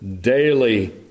daily